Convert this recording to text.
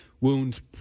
wounds